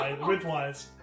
widthwise